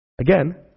Again